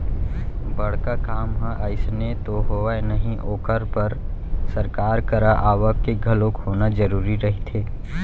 बड़का काम ह अइसने तो होवय नही ओखर बर सरकार करा आवक के घलोक होना जरुरी रहिथे